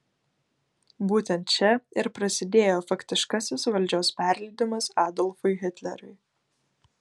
būtent čia ir prasidėjo faktiškasis valdžios perleidimas adolfui hitleriui